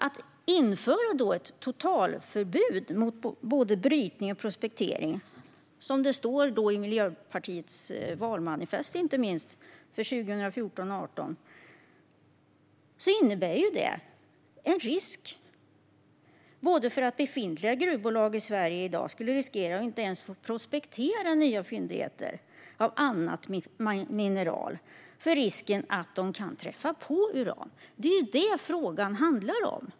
Att då införa ett totalförbud mot både brytning och prospektering, som det står om i Miljöpartiets valmanifest för 2014-2018, innebär att befintliga gruvbolag i Sverige i dag skulle riskera att inte få prospektera nya fyndigheter av annat mineral på grund av risken att de kan träffa på uran. Det är detta frågan handlar om.